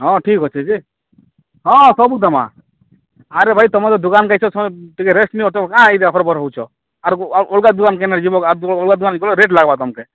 ହଁ ଠିକ୍ ଅଛି ଯେ ହଁ ସବୁ ଦେବାଁ ଆରେ ଭାଇ ତୁମର୍ ଦୁକାନ୍ ଦେଇଛ ଟିକେ ରେଷ୍ଟ୍ ନିଅ ତୁମେ କାଁ ଆସିଛ ତରବର୍ ହେଉଛ ଆର୍ ଅଲଗା ଦୁକାନ୍ କେନେ ଯିବ ଅଲଗା ଦୁକାନ୍ ଗଲେ ରେଟ୍ ଲାଗ୍ବା ତୁମ୍କେ